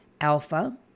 alpha